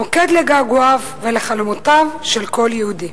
מוקד לגעגועיו ולחלומותיו של כל יהודי.